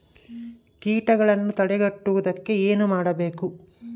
ಕೇಟಗಳನ್ನು ತಡೆಗಟ್ಟುವುದಕ್ಕೆ ಏನು ಮಾಡಬೇಕು?